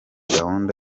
gahunda